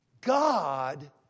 God